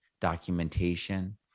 documentation